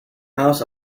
house